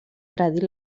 predir